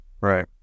Right